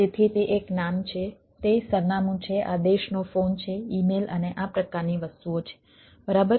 તેથી તે એક નામ છે તે સરનામું છે આ દેશનો ફોન છે ઈમેલ અને આ પ્રકારની વસ્તુઓ છે બરાબર